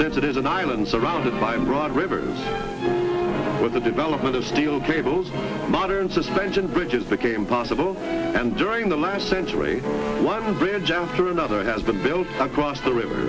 since it is an island surrounded by broad rivers with the development of steel cables modern suspension bridges became possible and during the last century one bridge after another has been built across the river